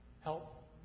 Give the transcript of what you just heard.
Help